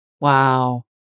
Wow